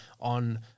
on